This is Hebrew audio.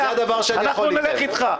אנחנו נלך אתך.